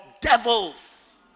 devils